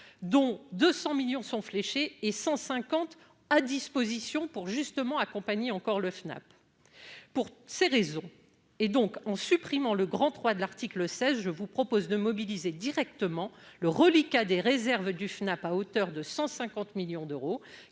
dont 200 millions sont fléchés et 150 à disposition pour justement accompagner encore le FNAP pour ces raisons, et donc en supprimant le grand 3 de l'article 16 je vous propose de mobiliser directement le reliquat des réserves du FNAP à hauteur de 150 millions d'euros